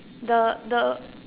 the the